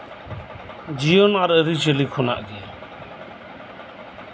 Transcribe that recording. ᱡᱤᱭᱚᱱ ᱟᱨ ᱟᱹᱨᱤᱪᱟᱞᱤ ᱠᱷᱚᱱᱟᱜ